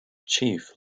chief